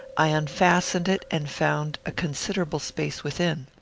i unfastened it and found a considerable space within.